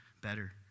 better